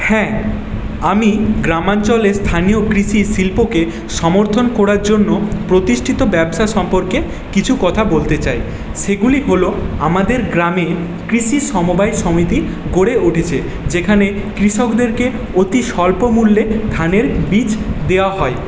হ্যাঁ আমি গ্রামাঞ্চলে স্থানীয় কৃষি শিল্পকে সমর্থন করার জন্য প্রতিষ্ঠিত ব্যবসা সম্পর্কে কিছু কথা বলতে চাই সেগুলি হল আমাদের গ্রামে কৃষি সমবায় সমিতি গড়ে উঠেছে যেখানে কৃষকদেরকে অতি স্বল্প মূল্যে ধানের বীজ দেওয়া হয়